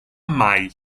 mai